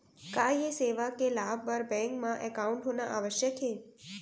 का ये सेवा के लाभ बर बैंक मा एकाउंट होना आवश्यक हे